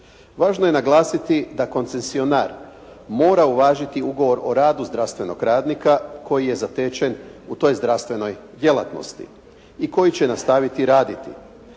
Važno je naglasiti da koncesionar mora uvažiti ugovor o radu zdravstvenog radnika koji je zatečen u toj zdravstvenoj djelatnosti i koji će nastaviti raditi.